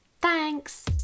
Thanks